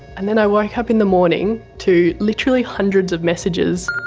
and then i woke up in the morning to literally hundreds of messages.